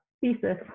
thesis